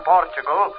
Portugal